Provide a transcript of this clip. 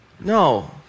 No